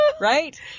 Right